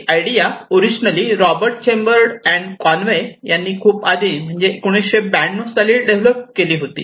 he idea originally Robert Chamber and Conway यांनी खूप आधी म्हणजे 1992 साली डेव्हलप केली होती